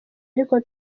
ariko